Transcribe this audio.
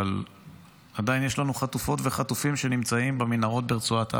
אבל עדיין יש לנו חטופות וחטופים שנמצאים במנהרות ברצועת עזה.